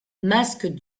masque